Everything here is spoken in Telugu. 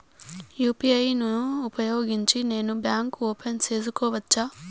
యు.పి.ఐ ను ఉపయోగించి నేను బ్యాంకు ఓపెన్ సేసుకోవచ్చా?